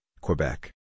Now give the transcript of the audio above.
Quebec